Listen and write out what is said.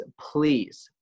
please